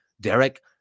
Derek